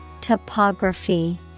topography